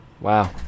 Wow